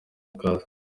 akazi